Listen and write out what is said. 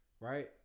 right